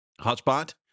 Hotspot